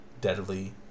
deadly